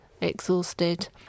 exhausted